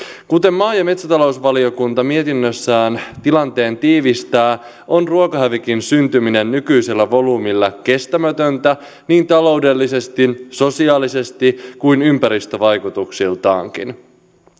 kuten maa ja metsätalousvaliokunta mietinnössään tilanteen tiivistää on ruokahävikin syntyminen nykyisellä volyymilla kestämätöntä niin taloudellisesti sosiaalisesti kuin ympäristövaikutuksiltaankin